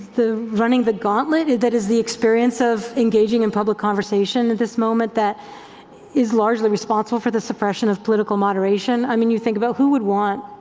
the running the gauntlet and that is the experience of engaging in public conversation at this moment that is largely responsible for the suppression of political moderation. i mean you think about who would want,